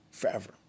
forever